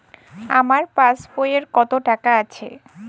আমার পাসবইতে কত টাকা আছে?